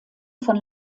von